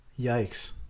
Yikes